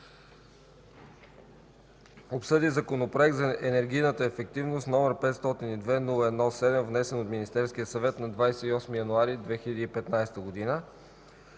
обсъди Законопроект за енергийната ефективност, № 502-01-7, внесен от Министерския съвет на 28 януари 2015 г.